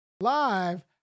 Live